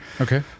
Okay